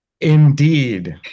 Indeed